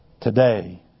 Today